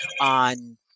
on